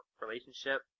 relationship